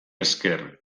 esker